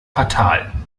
fatal